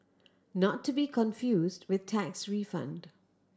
not to be confused with tax refund